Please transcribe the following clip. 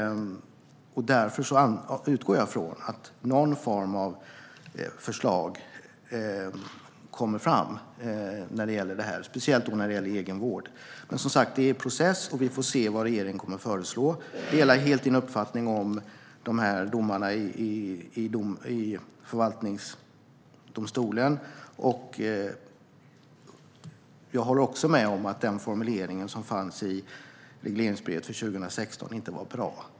Därför utgår jag från att någon form av förslag kommer fram när det gäller detta, speciellt när det handlar om egenvård. Men det är som sagt en process, och vi får se vad regeringen kommer att föreslå. Jag delar helt Emma Henrikssons uppfattning om domarna i förvaltningsdomstolen, och jag håller också med om att den formulering som fanns i regleringsbrevet för 2016 inte var bra.